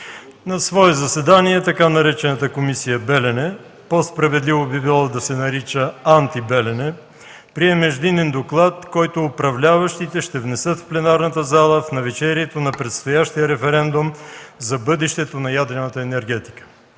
На свое заседание така наречената комисия „Белене”, по-справедливо би било да се нарича „Анти-Белене”, прие междинен доклад, който управляващите ще внесат в пленарната зала в навечерието на предстоящия референдум за бъдещето на ядрената енергетика.